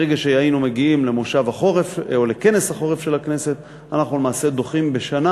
ברגע שהיינו מגיעים לכנס החורף של הכנסת אנחנו למעשה דוחים בשנה